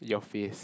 your face